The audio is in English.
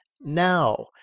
now